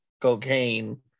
cocaine